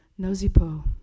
Nozipo